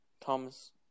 Thomas